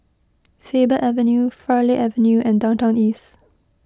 Faber Avenue Farleigh Avenue and Downtown East